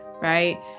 right